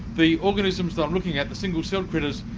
the organisms that i'm looking at, the single-celled critters,